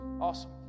Awesome